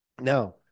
Now